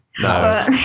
No